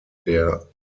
der